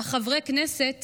שבה חברי הכנסת